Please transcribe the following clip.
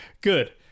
Good